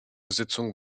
sitzung